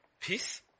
peace